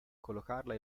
collocarla